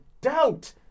doubt